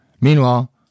Meanwhile